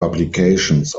publications